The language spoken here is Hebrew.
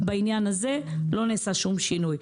ובעניין הזה לא נעשה שום שינוי.